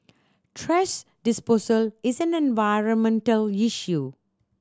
thrash disposal is an environmental issue